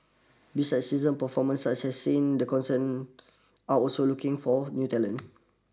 besides seasoned performers such as sin the concern are also looking for new talent